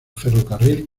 ferrocarril